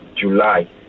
July